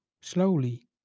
slowly